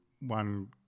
one